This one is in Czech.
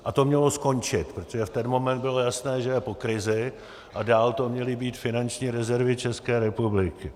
A to mělo skončit, protože v ten moment bylo jasné, že je po krizi, a dál to měly být finanční rezervy České republiky.